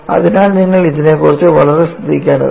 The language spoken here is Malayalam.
അതിനാൽ നിങ്ങൾ ഇതിനെക്കുറിച്ച് വളരെ ശ്രദ്ധിക്കേണ്ടതുണ്ട്